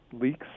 leaks